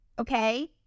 Okay